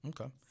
Okay